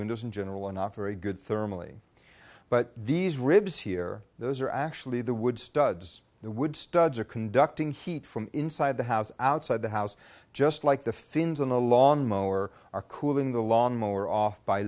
windows in general and offer a good thermally but these ribs here those are actually the wood studs the wood studs are conducting heat from inside the house outside the house just like the fins on the lawnmower are cooling the lawnmower off by